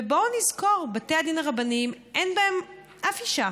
ובואו נזכור: בתי הדין הרבניים, אין בהם אף אישה.